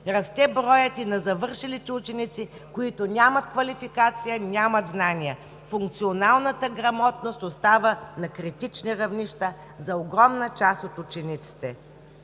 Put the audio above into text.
Расте броят и на завършилите ученици, които нямат квалификация, нямат знания. Функционалната грамотност остава на критични равнища за огромна част от учениците.